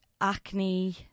acne